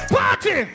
Party